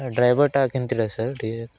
ଡ୍ରାଇଭରଟା କେମିତିଟା ସାର୍ ଟିକେ